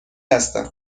هستم